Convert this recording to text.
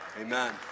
Amen